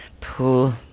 Pool